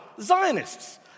Zionists